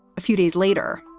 a few days later,